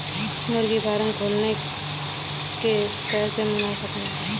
मुर्गी फार्म खोल के कैसे मुनाफा कमा सकते हैं?